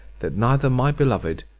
that neither my beloved,